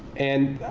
and